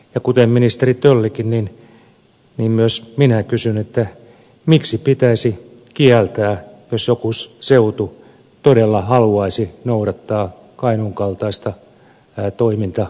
ja kuten ministeri töllikin niin myös minä kysyn miksi pitäisi kieltää jos joku seutu todella haluaisi noudattaa kainuun kaltaista toimintamallia